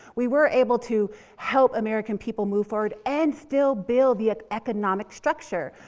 we were able to help american people move forward and still build the economic structure.